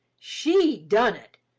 she done it,